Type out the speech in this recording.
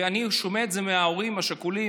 ואני שומע את זה מההורים השכולים,